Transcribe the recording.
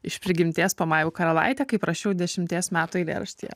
iš prigimties pamaivų karalaitė kaip rašiau dešimties metų eilėraštyje